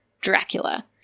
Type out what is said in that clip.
Dracula